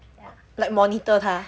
orh like monitor 他